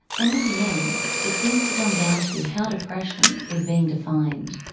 and in the end, it seems to come down to how depression is being defined.